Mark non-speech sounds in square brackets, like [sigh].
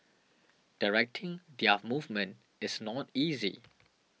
directing their [unintelligible] movement is not easy